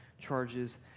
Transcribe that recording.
charges